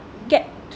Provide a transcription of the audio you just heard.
get